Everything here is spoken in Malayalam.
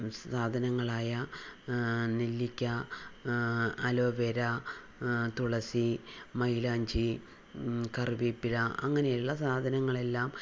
സാധനങ്ങളായ നെല്ലിക്ക അലോവേര തുളസി മൈലാഞ്ചി കറിവേപ്പില അങ്ങനെയുള്ള സാധനങ്ങളെല്ലാം